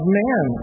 man